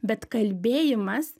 bet kalbėjimas